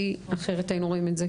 כי אחרת היינו רואים את זה,